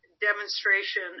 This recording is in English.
demonstration